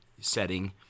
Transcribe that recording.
setting